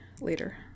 later